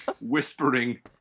whispering